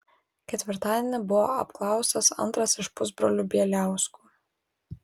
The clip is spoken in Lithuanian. ketvirtadienį buvo apklaustas antras iš pusbrolių bieliauskų